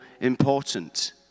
important